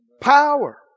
Power